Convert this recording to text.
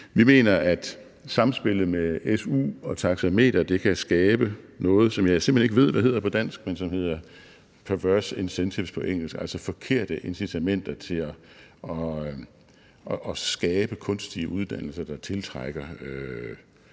Vi mener, at samspillet med su og taxameteret kan skabe noget, som jeg simpelt hen ikke ved hvad hedder på dansk, men som hedder perverse incentives på engelsk, altså forkerte incitamenter til at skabe kunstige uddannelser, der tiltrækker